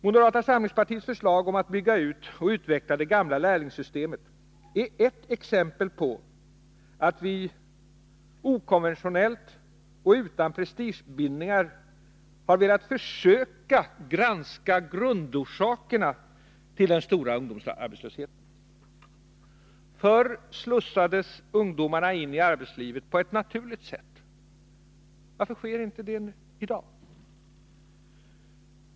Moderata samlingspartiets förslag om att bygga ut och utveckla det gamla lärlingssystemet är ett exempel på att vi okonventionellt och utan prestigebindningar har velat granska grundorsakerna till den stora ungdomsarbetslösheten. Förr slussades ungdomarna in i arbetslivet på ett naturligt sätt. Varför sker inte detta i dag?